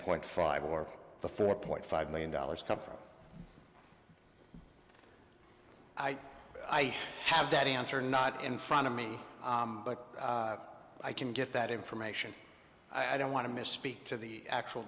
point five or the four point five million dollars come from i i have that answer not in front of me but i can get that information i don't want to miss speak to the actual